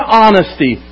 honesty